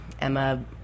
Emma